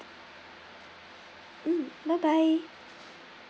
mm bye bye